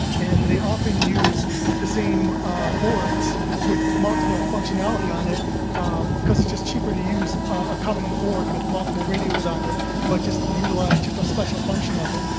and they often use the same boards with multiple functionality on it because it's just cheaper to use a covenant board with multiple radios on it but just utilize just a special function of it.